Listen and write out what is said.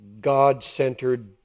God-centered